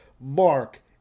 Mark